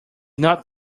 not